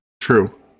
True